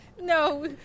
No